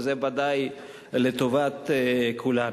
וזה בוודאי לטובת כולנו.